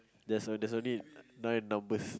there's a there's only nine numbers